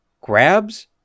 grabs